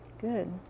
Good